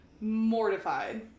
mortified